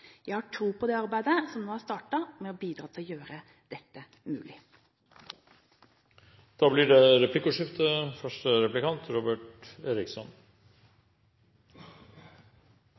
Jeg har tro på at det arbeidet som nå er startet, vil bidra til å gjøre dette mulig. Det blir replikkordskifte. La meg ta utgangspunkt i det